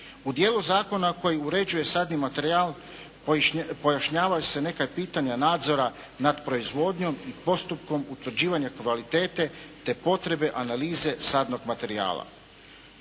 U dijelu zakona koji uređuje sadni materijal pojašnjavaju se neka pitanja nadzora nad proizvodnjom i postupkom utvrđivanja kvalitete te potrebe analize sadnog materijala.